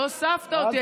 לא הוספת אותי.